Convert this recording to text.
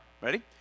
Ready